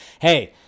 hey